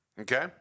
Okay